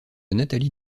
nathalie